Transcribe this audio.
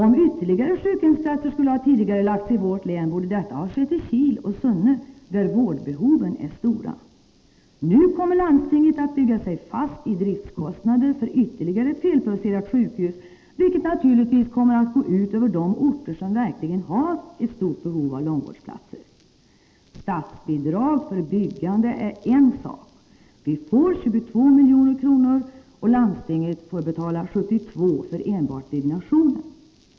Om ytterligare sjukhemsplatser skulle ha tidigarelagts i vårt län borde detta ha skett i Kil och Sunne, där vårdbehoven är stora. Nu kommer landstinget att bygga sig fast i driftkostnader för ytterligare ett felplacerat sjukhus, vilket naturligtvis kommer att gå ut över de orter som verkligen har ett stort behov av långvårdsplatser. Statsbidrag för byggande är en sak. Vi får 22 miljoner, och landstinget får betala 72 miljoner för enbart byggnationen.